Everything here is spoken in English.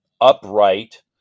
upright